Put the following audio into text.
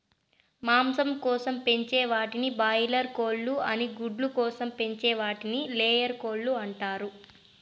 మాంసం కోసం పెంచే వాటిని బాయిలార్ కోళ్ళు అని గుడ్ల కోసం పెంచే వాటిని లేయర్ కోళ్ళు అంటారు